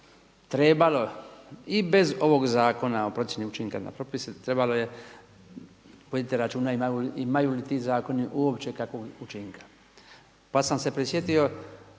trebalo i bez ovog zakona o procjeni učinka na propise trebalo je voditi računa imaju li ti zakoni uopće kakvog učinka. Pa sam se prisjetio